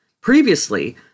Previously